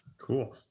Cool